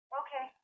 okay